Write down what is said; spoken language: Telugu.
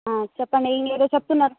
చెప్పండి ఇంకేదో చెప్తున్నారు